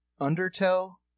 Undertow